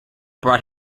brought